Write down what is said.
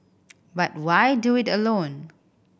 but why do it alone